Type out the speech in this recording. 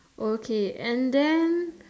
okay and then